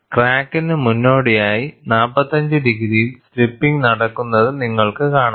ക്രാക്കിന് മുന്നോടിയായി 45 ഡിഗ്രിയിൽ സ്ലിപ്പിങ് നടക്കുന്നത് നിങ്ങൾക്ക് കാണാം